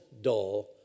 dull